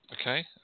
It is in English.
Okay